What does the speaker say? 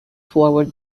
forward